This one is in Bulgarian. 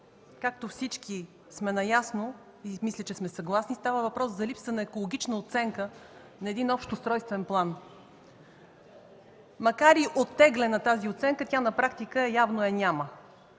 както всички сме наясно и мисля, че сме съгласни, става въпрос за липса на екологична оценка на един общ устройствен план. Макар и оттеглена, тази оценка на практика явно я няма.